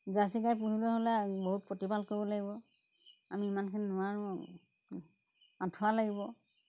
jersey গাই পুহিবলৈ হ'লে বহুত প্ৰতিপাল কৰিব লাগিব আমি ইমানখিনি নোৱাৰোঁ আঁঠুৱা লাগিব